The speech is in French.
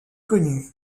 connu